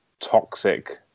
toxic